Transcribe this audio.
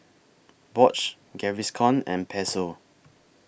Bosch Gaviscon and Pezzo